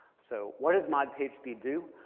so what does mod pagespeed do?